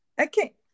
Okay